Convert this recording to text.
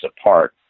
apart